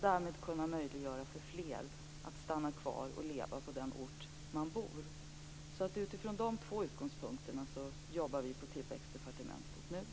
Därmed möjliggör man för fler att stanna kvar och leva på den ort där de bor. Utifrån dessa två utgångspunkter arbetar vi nu på tillväxtdepartementet.